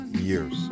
years